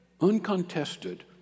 uncontested